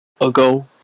ago